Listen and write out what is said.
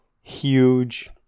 huge